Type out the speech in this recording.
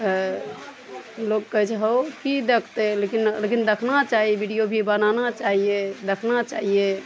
तए लोग कहय छै हौ की देखतइ लेकिन लेकिन देखना चाही विडियो भी बनाना चाहिये देखना चाहिये